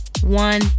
one